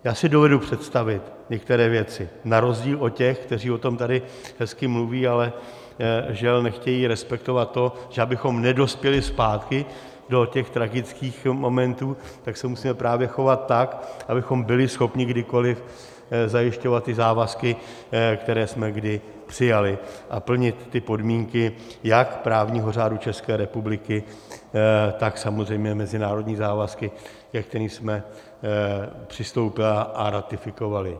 Já si dovedu představit některé věci na rozdíl od těch, kteří o tom tady hezky mluví, ale žel, nechtějí respektovat to, že abychom nedospěli zpátky do těch tragických momentů, tak se musíme právě chovat tak, abychom byli schopni kdykoliv zajišťovat ty závazky, které jsme kdy přijali, a plnit ty podmínky jak právního řádu České republiky, tak samozřejmě mezinárodní závazky, ke kterým jsme přistoupili a ratifikovali.